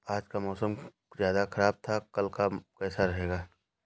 आज का मौसम ज्यादा ख़राब था कल का कैसा रहेगा?